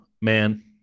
Man